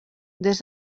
des